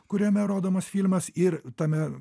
kuriame rodomas filmas ir tame